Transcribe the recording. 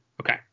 Okay